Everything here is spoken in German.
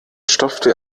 stopfte